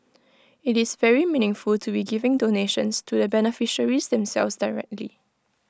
IT is very meaningful to be giving donations to the beneficiaries themselves directly